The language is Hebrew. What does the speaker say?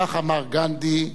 כך אמר גנדי,